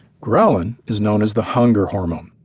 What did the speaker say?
ghrelin is known as the hunger hormone.